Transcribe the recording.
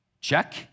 check